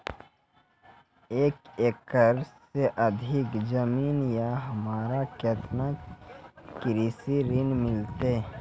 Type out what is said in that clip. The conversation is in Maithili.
एक एकरऽ से अधिक जमीन या हमरा केतना कृषि ऋण मिलते?